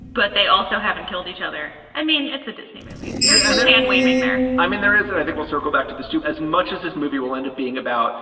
but they also haven't killed each other. i mean, it's a disney movie yeah and they're handwaving there i mean, there is and i think we'll circle back to the stoop as much as this movie will end up being about